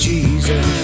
Jesus